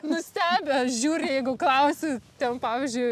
nustebę žiūri jeigu klausiu ten pavyzdžiui